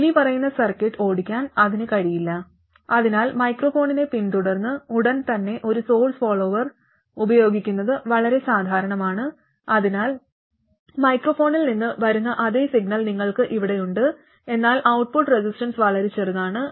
ഇനിപ്പറയുന്ന സർക്യൂട്ട് ഓടിക്കാൻ അതിന് കഴിയില്ല അതിനാൽ മൈക്രോഫോണിനെ പിന്തുടർന്ന് ഉടൻ തന്നെ ഒരു സോഴ്സ് ഫോളോവർ ഉപയോഗിക്കുന്നത് വളരെ സാധാരണമാണ് അതിനാൽ മൈക്രോഫോണിൽ നിന്ന് വരുന്ന അതേ സിഗ്നൽ നിങ്ങൾക്ക് ഇവിടെയുണ്ട് എന്നാൽ ഔട്ട്പുട്ട് റെസിസ്റ്റൻസ് വളരെ ചെറുതാണ്